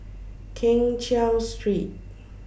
Keng Cheow Street